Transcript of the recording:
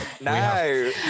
no